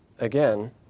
again